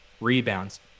rebounds